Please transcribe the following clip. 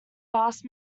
fast